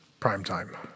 Primetime